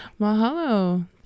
Mahalo